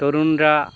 তরুণরা